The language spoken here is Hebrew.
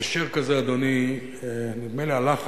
יש שיר כזה, אדוני, נדמה לי הלחן